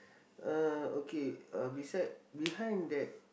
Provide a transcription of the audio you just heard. uh okay uh beside behind that